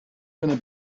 gonna